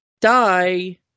die